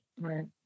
right